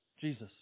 Jesus